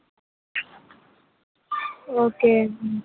okay